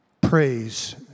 praise